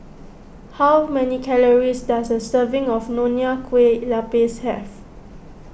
how many calories does a serving of Nonya Kueh Lapis have